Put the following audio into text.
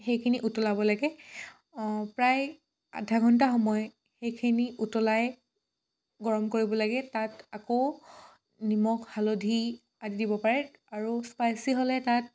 সেইখিনি উতলাব লাগে প্ৰায় আধা ঘণ্টা সময় সেইখিনি উতলাই গৰম কৰিব লাগে তাত আকৌ নিমখ হালধি আদি দিব পাৰে আৰু স্পাইচি হ'লে তাত